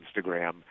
Instagram